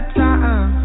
time